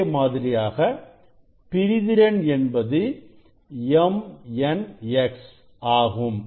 அதே மாதிரியாக பிரிதிறன் என்பது mnx ஆகும்